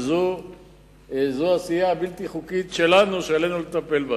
שזו עשייה בלתי חוקית שלנו, שעלינו לטפל בה.